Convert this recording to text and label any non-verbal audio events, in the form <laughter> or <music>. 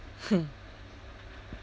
<laughs>